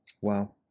Wow